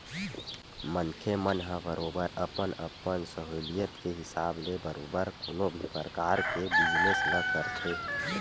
मनखे मन ह बरोबर अपन अपन सहूलियत के हिसाब ले बरोबर कोनो भी परकार के बिजनेस ल करथे